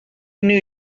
new